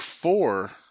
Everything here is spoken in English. four